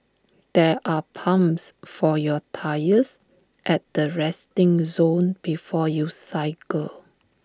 there are pumps for your tyres at the resting zone before you cycle